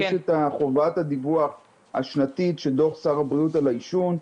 יש את חובת הדיווח השנתית של דוח שר הבריאות על העישון.